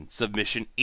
submission